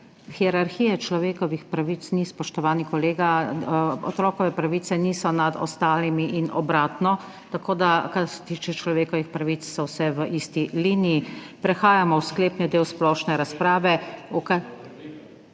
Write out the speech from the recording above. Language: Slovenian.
Hierarhije človekovih pravic ni, spoštovani kolega. Otrokove pravice niso nad ostalimi in obratno, tako da kar se tiče človekovih pravic, so vse v isti liniji. Prehajamo v sklepni del splošne razprave.